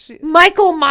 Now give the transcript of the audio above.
Michael